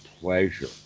pleasure